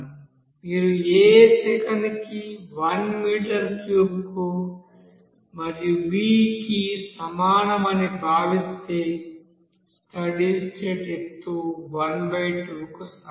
మీరు a సెకనుకు 1 metre క్యూబ్కు మరియు b 2 కి సమానం అని భావిస్తే స్టడీ స్టేట్ ఎత్తు 12 కు సమానం